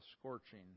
scorching